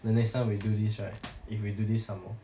the next time we do this right if we do this somemore